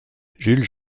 jules